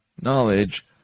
knowledge